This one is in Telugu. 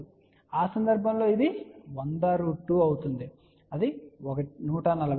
ఆ సందర్భంలో ఇది 100√2 అవుతుంది అది 141 అవుతుంది